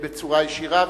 בצורה ישירה,